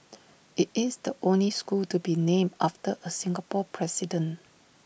IT is the only school to be named after A Singapore president